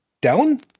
Down